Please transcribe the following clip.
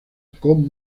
con